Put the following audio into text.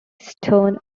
stone